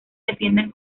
defienden